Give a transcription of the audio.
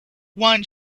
one